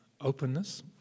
openness